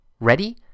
Ready